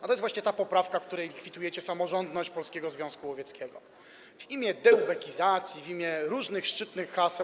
A to jest właśnie ta poprawka, w której likwidujecie samorządność Polskiego Związku Łowieckiego, w imię deubekizacji, w imię różnych szczytnych haseł.